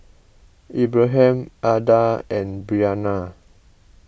Abraham Ada and Brianna